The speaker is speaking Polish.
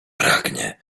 pragnie